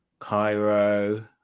Cairo